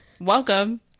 welcome